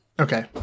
Okay